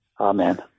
Amen